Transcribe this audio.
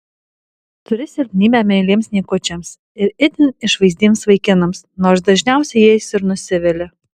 turi silpnybę mieliems niekučiams ir itin išvaizdiems vaikinams nors dažniausiai jais ir nusivili